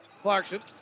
Clarkson